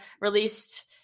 released